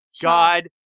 God